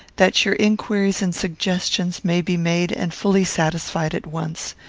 that your inquiries and suggestions may be made and fully satisfied at once,